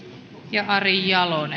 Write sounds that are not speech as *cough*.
ja ari jalonen *unintelligible*